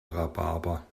rhabarber